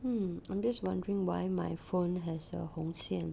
hmm I'm just wondering why my phone has a 红线